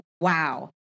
wow